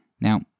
Now